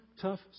tough